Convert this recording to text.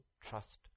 trust